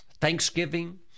thanksgiving